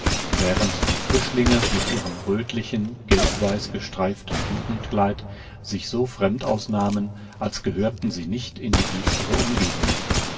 während die frischlinge mit ihrem rötlichen gelbweiß gestreiften jugendkleid sich so fremd ausnahmen als gehörten sie nicht in die düstere umgebung